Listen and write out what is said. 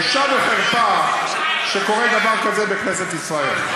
בושה וחרפה שקורה דבר כזה בכנסת ישראל.